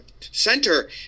center